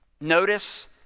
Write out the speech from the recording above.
Notice